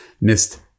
missed